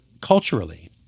culturally